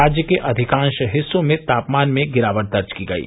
राज्य के अधिकांश हिस्सों में तापमान में गिरावट दर्ज की गयी